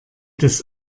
das